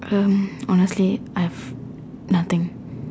um honestly I have nothing